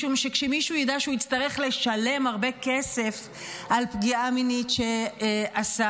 משום שכשמישהו ידע שהוא יצטרך לשלם הרבה כסף על פגיעה מינית שעשה,